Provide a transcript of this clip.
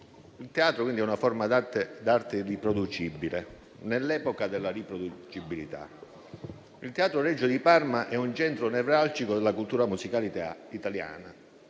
Il teatro è, quindi, una forma d'arte riproducibile nell'epoca della riproducibilità. Il Teatro Regio di Parma è un centro nevralgico della cultura musicale italiana,